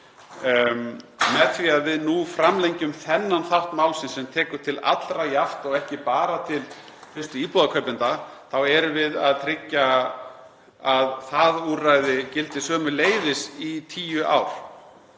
Með því að við framlengjum núna þennan þátt málsins sem tekur til allra jafnt og ekki bara til fyrstu íbúðarkaupenda þá erum við að tryggja að það úrræði gildi sömuleiðis í tíu ár.